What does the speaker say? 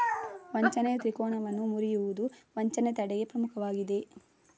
ವಂಚನೆ ತ್ರಿಕೋನವನ್ನು ಮುರಿಯುವುದು ವಂಚನೆ ತಡೆಗೆ ಪ್ರಮುಖವಾಗಿದೆ